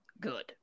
good